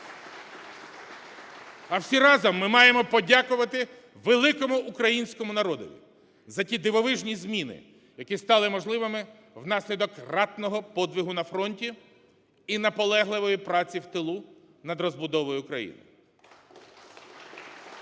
А всі разом ми маємо подякувати великому українському народові за ті дивовижні зміни, які стали можливими внаслідок ратного подвигу на фронті і наполегливої праці в тилу над розбудовою країни.